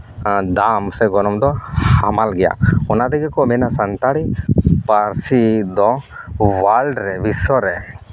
ᱫᱟᱢ ᱥᱮ ᱜᱚᱱᱚᱝ ᱫᱚ ᱦᱟᱢᱟᱞ ᱜᱮᱭᱟ ᱚᱱᱟ ᱛᱮᱜᱮ ᱠᱚ ᱢᱮᱱᱟ ᱥᱟᱱᱛᱟᱲᱤ ᱯᱟᱹᱨᱥᱤ ᱫᱚ ᱚᱣᱟᱞᱰ ᱨᱮ ᱵᱤᱥᱥᱚ ᱨᱮ